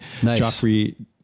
Joffrey